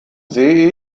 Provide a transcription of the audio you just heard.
sehe